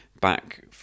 back